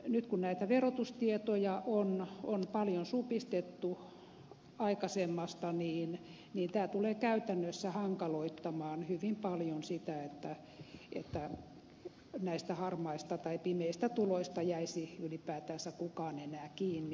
nyt kun näitä verotustietoja on paljon supistettu aikaisemmasta tämä tulee käytännössä hankaloittamaan hyvin paljon sitä että näistä harmaista tai pimeistä tuloista jäisi ylipäätänsä kukaan enää kiinni